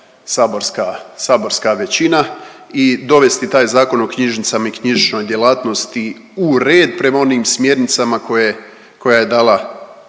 saborska većina i dovesti taj Zakon o knjižnicama i knjižničnoj djelatnosti u red prema onim smjernicama koje je dala